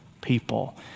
people